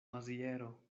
maziero